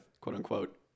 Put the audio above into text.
quote-unquote